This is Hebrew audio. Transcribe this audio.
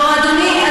מספיק, לא, אדוני.